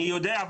אני יודע,